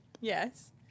yes